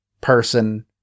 person